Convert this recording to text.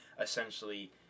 essentially